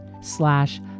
slash